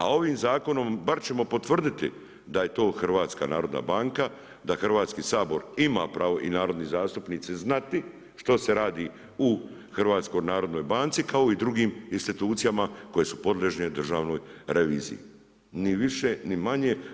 A ovim zakonom bar ćemo potvrditi da je to HNB, da Hrvatski sabor ima pravo i narodni zastupnici znati što se radi u HNB-u kao i u drugim institucijama koje su podložne državnoj reviziji, ni više ni manje.